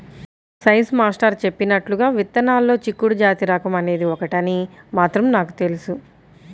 science master చెప్పినట్లుగా విత్తనాల్లో చిక్కుడు జాతి రకం అనేది ఒకటని మాత్రం నాకు తెలుసు